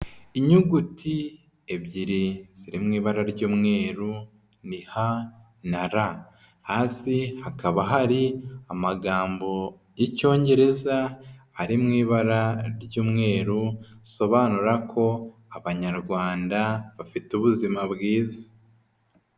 Inyuguti ebyiri ziri mu ibara ry'umweru, ni H na R, hasi hakaba hari amagambo y'icyongereza ari mu ibara ry'umweru bisobanura ko Abanyarwanda bafite ubuzima bwiza.